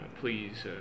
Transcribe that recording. Please